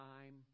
Time